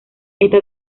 esta